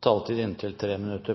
taletid på inntil 3 minutter.